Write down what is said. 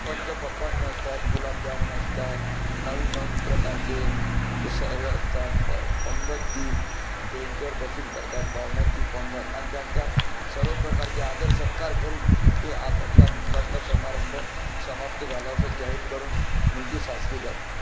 पंचपक्क्वान्न असतात गुलाबजामून असतात नवीन नवीन प्रकारचे हे असतात पंगत ती बेंचवर बसून करतात पाहुण्यांची पंगत आणि त्यांचा सर्व प्रकारचे आदर सत्कार करून ते आपापला लग्न समारंभ समाप्त झाला असं जाहीर करून मुलगी सासरी जाते